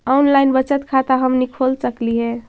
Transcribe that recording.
Online बचत खाता हमनी खोल सकली हे?